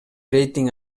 рейтинг